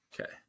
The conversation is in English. Okay